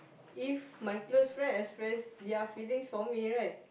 if my close friend express their feelings for me right